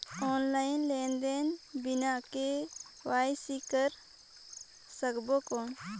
Online लेनदेन बिना KYC कर सकबो कौन??